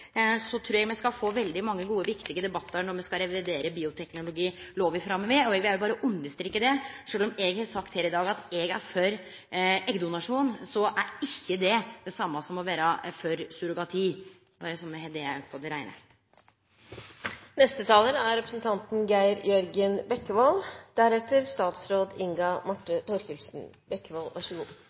Eg trur me skal få veldig mange gode og viktige debattar framover, når me skal revidere bioteknologilova. Eg vil berre understreke dette: Sjølv om eg har sagt her i dag at eg er for eggdonasjon, er ikkje det det same som å vere for surrogati – berre så me har det på det reine. Det var for så vidt representanten